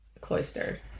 cloistered